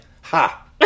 ha